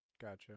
Gotcha